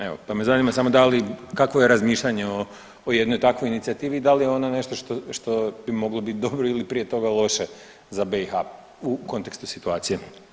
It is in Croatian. Evo, pa me zanima samo da li, kakvo je razmišljanje o jednoj takvoj inicijativi i da li je ona nešto što bi moglo biti dobro ili prije toga loše za BiH u kontekstu situacije.